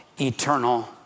eternal